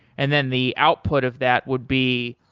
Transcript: and then the output of that would be,